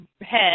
head